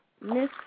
Miss